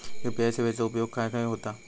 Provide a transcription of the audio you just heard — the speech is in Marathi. यू.पी.आय सेवेचा उपयोग खाय खाय होता?